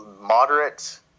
moderate